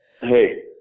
Hey